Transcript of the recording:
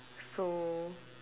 so